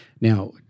Now